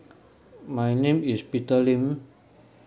my name is peter lim